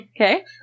Okay